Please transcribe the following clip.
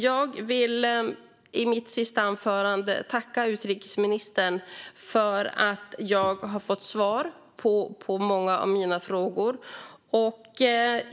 Jag vill i mitt sista anförande tacka utrikesministern för att jag har fått svar på många av mina frågor.